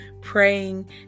praying